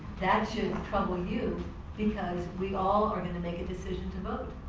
that should trouble you because we all are going to make a decision to vote.